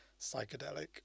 psychedelic